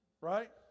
right